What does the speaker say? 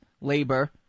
labor